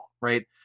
right